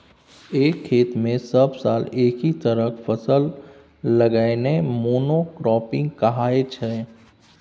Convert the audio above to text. एक खेत मे सब साल एकहि तरहक फसल लगेनाइ मोनो क्राँपिंग कहाइ छै